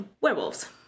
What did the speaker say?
werewolves